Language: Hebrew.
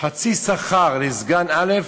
חצי שכר לסגן א'